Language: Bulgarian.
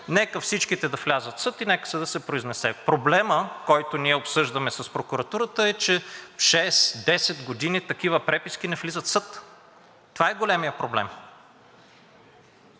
Нека всички да влязат в съд и нека съдът се произнесе. Проблемът, който ние обсъждаме с прокуратурата, е, че шест-десет години такива преписки не влизат в съд. Това е големият проблем.